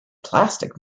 plastic